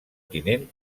tinent